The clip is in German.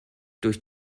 durch